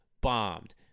bombed